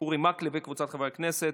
אורי מקלב וקבוצת חברי הכנסת.